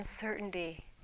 uncertainty